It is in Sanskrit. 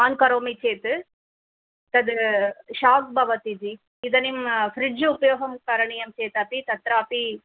ओन् करोमि चेत् तद् शोक् भवति जि इदानीं फ़्रिज् उपयोगं करणीयं चेत् अपि तत्रापि